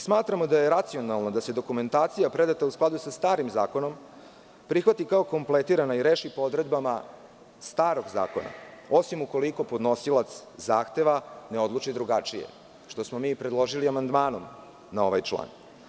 Smatramo da je racionalno da se dokumentacija predata u skladu sa starim zakonom prihvati kao kompletirana i reši po odredbama starog zakona, osim ukoliko podnosilac zahteva ne odluči drugačije, što smo mi predložili i amandmanom na ovaj član.